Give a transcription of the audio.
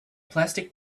plastic